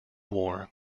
war